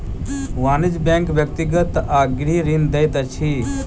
वाणिज्य बैंक व्यक्तिगत आ गृह ऋण दैत अछि